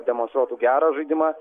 demonstruotų gerą žaidimą